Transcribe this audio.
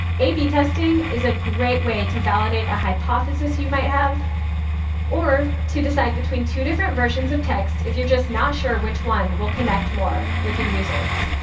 a b testing is a great way to validate a hypothesis you might have or to decide between two different versions of text, if you're just not sure which one will connect more with your users.